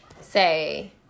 say